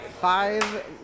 five